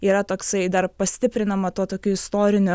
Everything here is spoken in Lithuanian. yra toksai dar pastiprinama tuo tokiu istoriniu